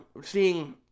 seeing